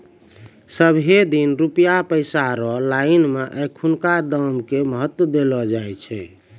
सबहे दिन रुपया पैसा रो लाइन मे एखनुका दाम के महत्व देलो जाय छै